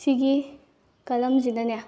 ꯁꯤꯒꯤ ꯀꯂꯝꯁꯤꯗꯅꯦ